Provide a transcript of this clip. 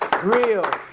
real